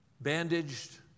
bandaged